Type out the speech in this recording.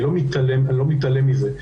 אני לא מתעלם מזה.